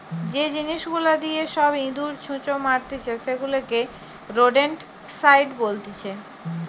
যে জিনিস গুলা দিয়ে সব ইঁদুর, ছুঁচো মারতিছে সেগুলাকে রোডেন্টসাইড বলতিছে